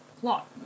plot